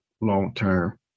long-term